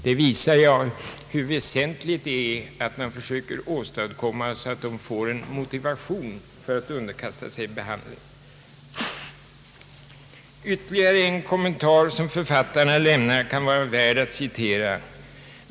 Detta visar hur väsentligt det är att man försöker se till att de får en motivation för att underkasta sig behandling. Ytterligare en kommentar som författarna lämnar kan vara värd att citera.